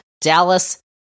Dallas